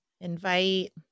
invite